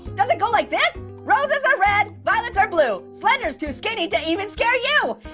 does it go like this? roses are red, violets are blue, slender's too skinny to even scare you!